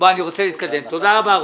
תודה רבה.